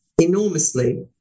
enormously